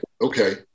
Okay